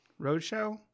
Roadshow